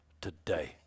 today